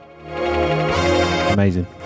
Amazing